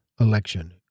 election